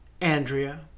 Andrea